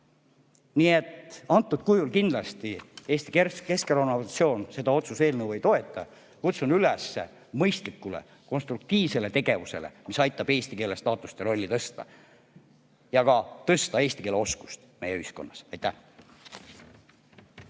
Nii et antud kujul kindlasti Eesti Keskerakonna fraktsioon seda otsuse eelnõu ei toeta. Kutsun üles mõistlikule konstruktiivsele tegevusele, mis aitab eesti keele staatust ja rolli tõsta ning parandada ka eesti keele oskust meie ühiskonnas. Aitäh!